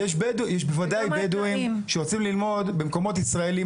יש בדואים שרוצים ללמוד במקומות ישראלים